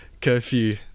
curfew